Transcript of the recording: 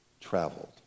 traveled